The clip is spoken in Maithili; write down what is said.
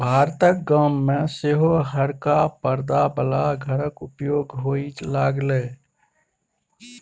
भारतक गाम घर मे सेहो हरका परदा बला घरक उपयोग होए लागलै